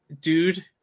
dude